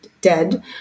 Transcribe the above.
dead